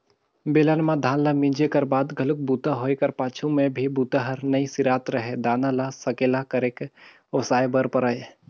बेलन म धान ल मिंजे कर बाद घलोक बूता होए कर पाछू में भी बूता हर नइ सिरात रहें दाना ल सकेला करके ओसाय बर परय